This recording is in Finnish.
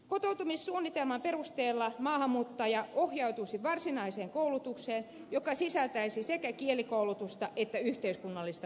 kotoutumissuunnitelman perusteella maahanmuuttaja ohjautuisi varsinaiseen koulutukseen joka sisältäisi sekä kielikoulutusta että yhteiskunnallista koulutusta